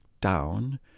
down